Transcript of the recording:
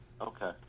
Okay